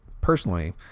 personally